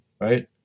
Right